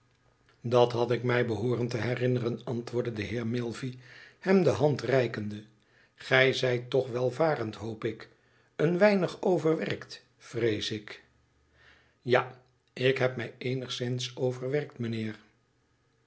dat had ik mij behooren te herinneren antwoordde de heer milvey hem de hand reikende gij zijt toch welvarend hoop ik een weinig overwerkt vrees ik ja ik heb mij eenigszins overwerkt mijnheer